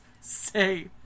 say